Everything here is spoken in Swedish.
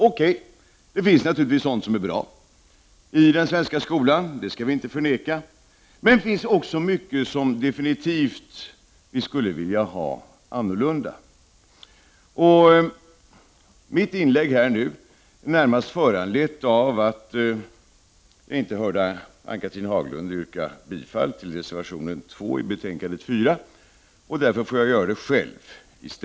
Okej, det finns naturligtvis sådant som är bra i den svenska skolan; det skall inte förnekas. Men det finns definitivt också mycket som vi skulle vilja ha annorlunda. Mitt inlägg här är närmast föranlett av att jag inte hörde Ann-Cathrine Haglund yrka bifall till reservation 2 i utbildningsutskottets betänkande 4. Därför får jag göra det själv.